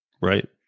Right